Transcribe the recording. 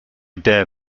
dare